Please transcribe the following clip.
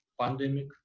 pandemic